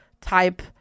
type